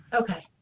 Okay